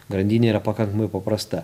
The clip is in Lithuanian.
grandinė yra pakankamai paprasta